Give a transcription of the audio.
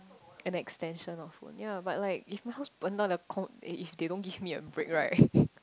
an extension of phone ya but like if my house burn down the con~ eh if they don't give me a break right